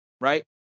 right